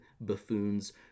buffoons